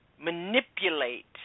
manipulate